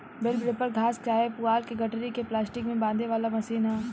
बेल wrapper घास चाहे पुआल के गठरी के प्लास्टिक में बांधे वाला मशीन ह